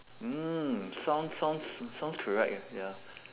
mm sounds sounds sounds correct eh ya